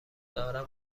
دارم